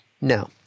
No